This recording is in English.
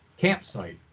campsite